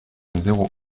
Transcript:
zéro